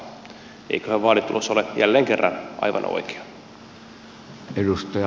eiköhän vaalitulos ole jälleen kerran aivan oikea